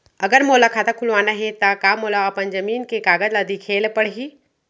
अगर मोला खाता खुलवाना हे त का मोला अपन जमीन के कागज ला दिखएल पढही?